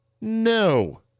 No